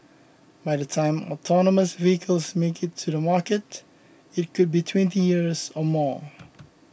by the time autonomous vehicles make it to the market it could be twenty years or more